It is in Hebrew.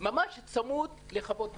ממש צמוד לחוות בודדים.